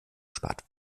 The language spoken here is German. spart